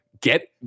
Get